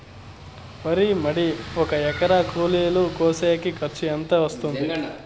వరి మడి ఒక ఎకరా కూలీలు కోసేకి ఖర్చు ఎంత వస్తుంది?